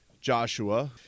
Joshua